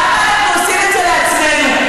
למה אנחנו עושים את זה לעצמנו?